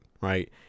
right